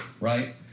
right